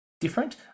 different